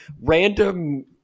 random